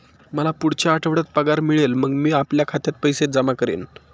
मला पुढच्या आठवड्यात पगार मिळेल मग मी आपल्या खात्यात पैसे जमा करेन